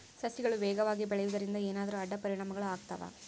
ಸಸಿಗಳು ವೇಗವಾಗಿ ಬೆಳೆಯುವದರಿಂದ ಏನಾದರೂ ಅಡ್ಡ ಪರಿಣಾಮಗಳು ಆಗ್ತವಾ?